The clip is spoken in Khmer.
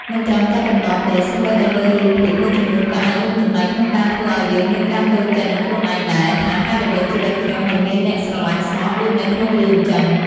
មិនត្រឹមតែប៉ុណ្ណោះទេសូម្បីតែមើលរឿងភាគមួយចំនួនក៏អាចរួមចំណែកក្នុងការធ្វើអោយយើងមានការតូចចិត្តនឹងខ្លួនឯងដែរ ថាហេតុអ្វីជីវិតខ្ញុំមិនមានអ្នកស្រលាញ់ស្មោះដូចនៅក្នុងរឿងចឹង ។